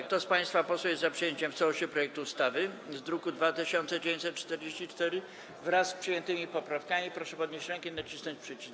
Kto z państwa posłów jest za przyjęciem w całości projektu ustawy z druku nr 2944, wraz z przyjętymi poprawkami, proszę podnieść rękę i nacisnąć przycisk.